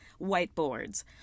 whiteboards